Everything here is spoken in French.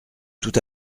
tout